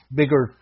bigger